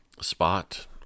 spot